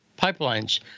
pipelines